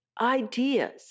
ideas